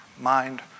mind